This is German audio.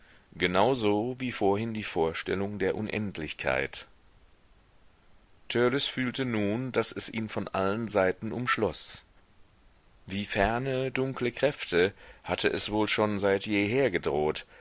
so wie vorhin die vorstellung der unendlichkeit törleß fühlte nun daß es ihn von allen seiten umschloß wie ferne dunkle kräfte hatte es wohl schon seit jeher gedroht